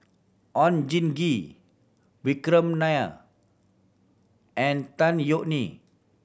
Oon Jin Gee Vikram Nair and Tan Yeok Nee